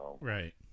Right